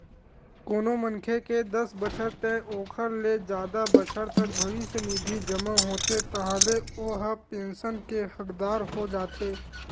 कोनो मनखे के दस बछर ते ओखर ले जादा बछर तक भविस्य निधि जमा होथे ताहाँले ओ ह पेंसन के हकदार हो जाथे